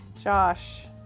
Josh